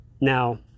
Now